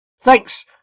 Thanks